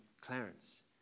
Clarence